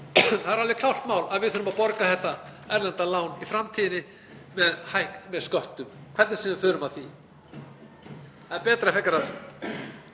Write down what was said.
Það er alveg klárt mál að við þurfum að borga þetta erlenda lán í framtíðinni með sköttum, hvernig sem við förum að því. Það er betra að reyna að